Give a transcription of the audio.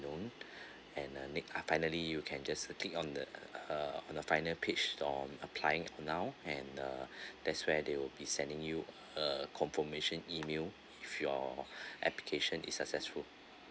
known and uh next finally you can just click on the uh on the final page on applying now and uh that's where they will be sending you a confirmation email if your application is successful